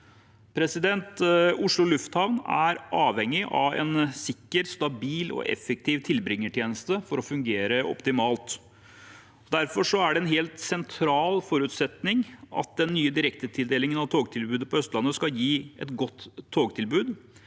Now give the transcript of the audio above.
Oslo lufthavn er avhengig av en sikker, stabil og effektiv tilbringertjeneste for å fungere optimalt. Derfor er det en helt sentral forutsetning at den nye direktetildelingen av togtilbudet på Østlandet skal gi et godt togtilbud